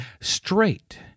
straight